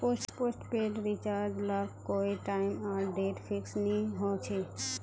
postpaid recharge लार कोए time आर डेट फिक्स नि होछे